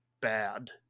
bad